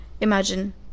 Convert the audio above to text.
imagine